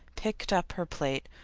picked up her plate,